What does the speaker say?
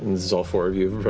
this is all four of you